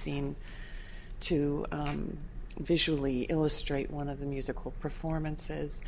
scene to visually illustrate one of the musical performances